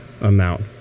amount